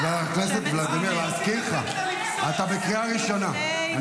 חבר הכנסת ולדימיר, להזכיר לך, אתה בקריאה ראשונה.